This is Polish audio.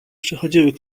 przechodziły